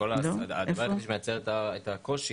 הדבר היחידי שמייצר את הקושי